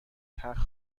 تخت